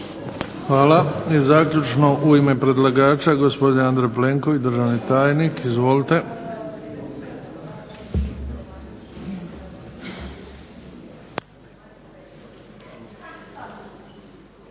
Hvala. I zaključno u ime predlagača gospodin Andrej Plenković državni tajnik. Izvolite.